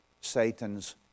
Satan's